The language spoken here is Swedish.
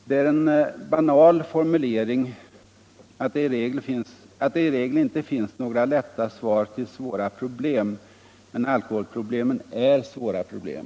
Det är en banal formulering att det i regel inte finns några lätta svar på svåra problem. Alkoholproblemen är svåra problem.